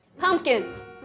Pumpkins